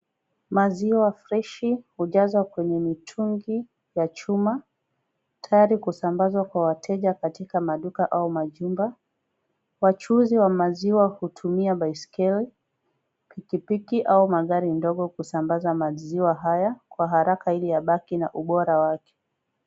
Maziwa freshi hujazwa kwenye mitungi ya chuma, tayari kusambazwa kwa wateja katika maduka au majumba. Wachuzi wa maziwa hutumia baiskeli, pikipiki au magari ndogo kusambaza maziwa kwa haraka ili yabaki kwa ubora wake.